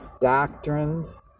doctrines